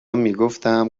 میگفتم